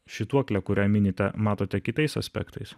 švytuoklę kurią minite matote kitais aspektais